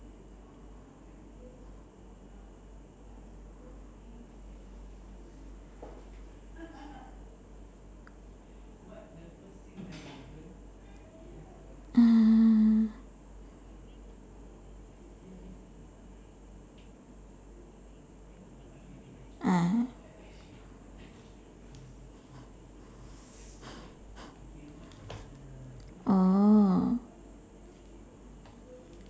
uh ah oh